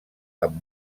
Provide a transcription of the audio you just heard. amb